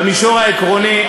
במישור העקרוני,